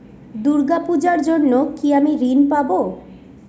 দূর্গা পূজার জন্য কি আমি ঋণ পাবো?